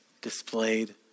displayed